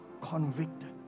convicted